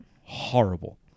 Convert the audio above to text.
Horrible